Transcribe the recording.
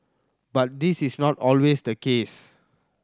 but this is not always the case